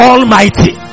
Almighty